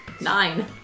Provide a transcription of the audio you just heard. Nine